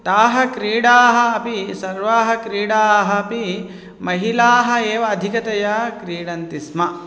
ताः क्रीडाः अपि सर्वाः क्रीडाः अपि महिलाः एव अधिकतया क्रीडन्ति स्म